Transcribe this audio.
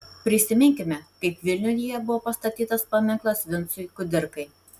prisiminkime kaip vilniuje buvo pastatytas paminklas vincui kudirkai